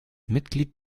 mitglied